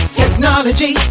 technology